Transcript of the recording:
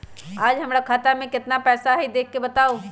आज हमरा खाता में केतना पैसा हई देख के बताउ?